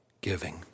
giving